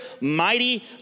Mighty